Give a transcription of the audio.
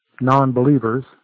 non-believers